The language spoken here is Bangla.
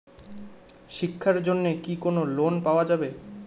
শিক্ষার জন্যে কি কোনো লোন পাওয়া যাবে?